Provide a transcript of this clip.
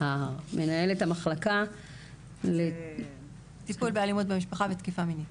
מנהלת המחלקה לטיפול באלימות במשפחה ותקיפה מינית,